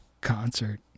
concert